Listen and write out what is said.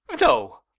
no